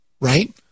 Right